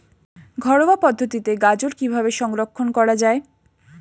ঘরোয়া পদ্ধতিতে গাজর কিভাবে সংরক্ষণ করা?